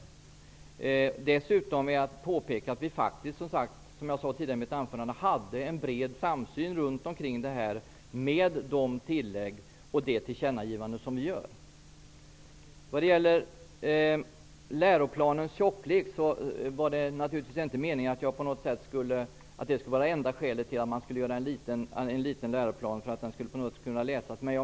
Jag vill dessutom påpeka, som jag tidigare sade i mitt anförande, att det fanns en bred samsyn kring dessa frågor och de tillägg och de tillkännagivanden som nu görs. Vad gäller läroplanens tjocklek menade jag naturligtvis inte att det enda skälet till att göra en liten läroplan var att den skulle läsas.